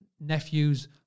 nephews